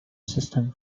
system